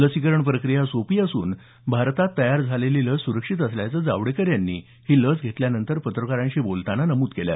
लसीकरण प्रक्रिया सोपी असून भारतात तयार झालेल्या लस सुरक्षित असल्याचं जावडेकर यांनी ही लस घेतल्यानंतर पत्रकाराशी बोलताना नमूद केल